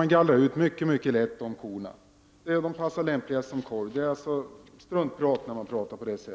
har juverinflammationer kan mycket lätt gallras ut, och de lämpar sig bäst att göra korv av. Det är struntprat att säga att detta är en risk.